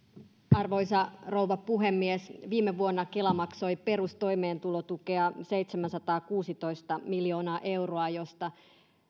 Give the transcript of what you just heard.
arvoisa rouva puhemies viime vuonna kela maksoi perustoimeentulotukea seitsemänsataakuusitoista miljoonaa euroa josta